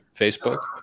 Facebook